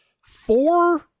four